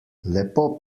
lepo